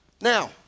Now